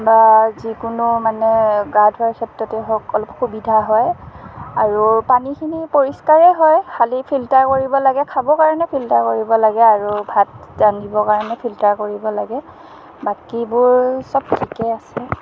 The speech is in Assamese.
বা যিকোনো মানে গা ধোৱাৰ ক্ষেত্ৰতেই হওক অলপ সুবিধা হয় আৰু পানীখিনি পৰিষ্কাৰেই হয় খালি ফিল্টাৰ কৰিব লাগে খাব কাৰণে ফিল্টাৰ কৰিব লাগে আৰু ভাত ৰান্ধিবৰ কাৰণে ফিল্টাৰ কৰিব লাগে বাকীবোৰ চব ঠিকেই আছে